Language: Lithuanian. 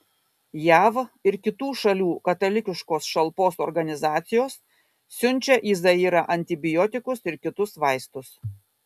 jav ir kitų šalių katalikiškos šalpos organizacijos siunčia į zairą antibiotikus ir kitus vaistus